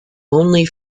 only